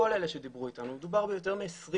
כל אלה שדיברו איתנו, מדובר ביותר ב-20,